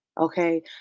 okay